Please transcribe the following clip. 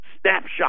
snapshot